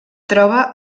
troba